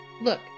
Look